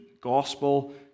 gospel